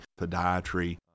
podiatry